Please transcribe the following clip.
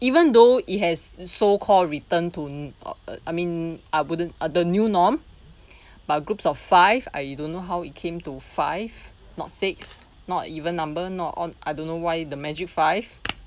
even though it has so called return to uh I mean I wouldn't uh the new norm but a groups of five I don't know how it came to five not six not even number not odd I don't know why the magic five